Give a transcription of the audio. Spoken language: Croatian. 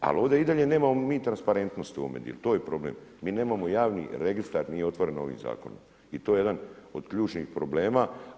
Ali ovdje i dalje mi nemamo transparentnosti u ovome dijelu, to je problem, mi nemamo javni registar nije otvoren ovim zakonom i to je jedan od ključnih problema.